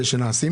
השינויים.